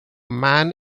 man